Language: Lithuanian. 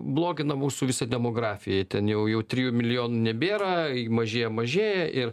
blogina mūsų visą demografiją ten jau jau trijų milijonų nebėra mažėja mažėja ir